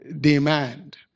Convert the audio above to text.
demand